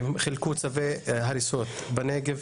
חילקו צווי הריסות בנגב,